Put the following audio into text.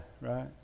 right